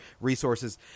resources